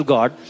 God